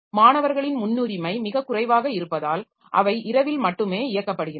மாணவர்களின் முன்னுரிமை மிகக் குறைவாக இருப்பதால் அவை இரவில் மட்டுமே இயக்கப்படுகின்றன